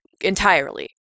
Entirely